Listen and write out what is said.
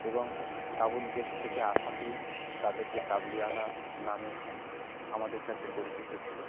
এবং কাবুল দেশ থেকে আসাতেই তাদেরকে কাবুলিওয়ালা নামে আমাদের কাছে পরিচিত ছিল